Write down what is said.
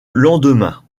lendemain